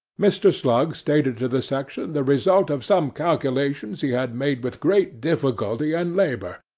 mr. slug stated to the section the result of some calculations he had made with great difficulty and labour,